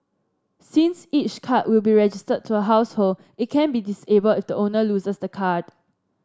since each card will be registered to a household it can be disabled if the owner loses the card